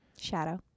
Shadow